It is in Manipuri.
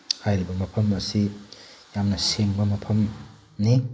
ꯍꯥꯏꯔꯤꯕ ꯃꯐꯝ ꯑꯁꯤ ꯌꯥꯝꯅ ꯁꯦꯡꯕ ꯃꯐꯝꯅꯤ